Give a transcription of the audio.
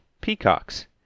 peacocks